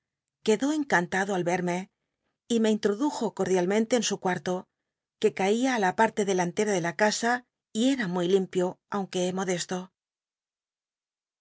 quedó encantado al c mc y me introdujo cordialmente en su cuarto que caia á in parte delantera de la casa y era muy limpio aunque modesto